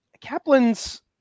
Kaplan's